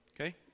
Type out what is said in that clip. okay